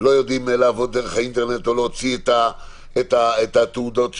שלא יודעים לעבוד דרך האינטרנט או להוציא את התעודות שלהם,